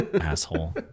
Asshole